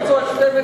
חבר הכנסת רותם,